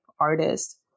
artist